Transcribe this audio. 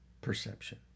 perception